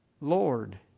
Lord